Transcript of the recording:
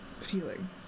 feeling